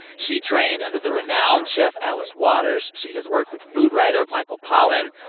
she trained under the renowned chef alice waters. she has worked with food writer michael pollan.